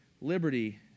liberty